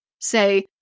say